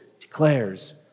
declares